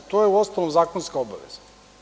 To je, uostalom, zakonska obaveza.